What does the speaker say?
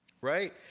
Right